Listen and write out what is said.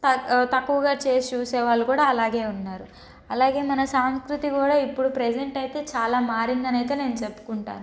త తక్కువగా చేసి చూసేవాళ్ళు కూడా అలాగే ఉన్నారు అలాగే మన సాంస్కృతి కూడా ఇప్పుడు ప్రెజెంట్ అయితే చాలా మారింది అని అయితే నేను చెప్పుకుంటాను